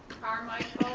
carmichael.